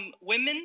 women